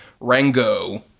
Rango